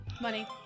Money